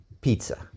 pizza